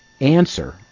answer